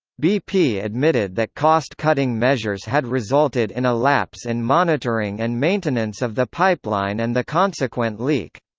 bp admitted that cost cutting measures had resulted in a lapse in monitoring and maintenance of the pipeline and the consequent leak.